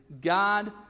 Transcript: God